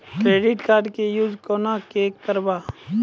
Credit card के use कोना के करबऽ?